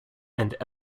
and